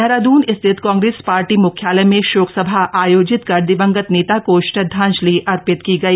देहरादन स्थित कांग्रेस पार्टी मुख्यालय में शोक सभा आयोजित कर दिवंगत नेता को श्रदधाजंलि अर्पित की गई